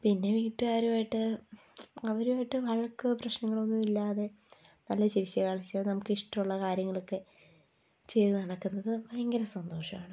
പിന്നെ വീട്ടുകാരുമായിട്ട് അവരുമായിട്ട് വഴക്ക് പ്രശ്നങ്ങളൊന്നും ഇല്ലാതെ നല്ല ചിരിച്ച് കളിച്ച് നമുക്ക് ഇഷ്ടമുള്ള കാര്യങ്ങളൊക്കെ ചെയ്തു നടക്കുന്നത് ഭയങ്കര സന്തോഷമാണ്